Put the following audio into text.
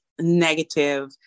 negative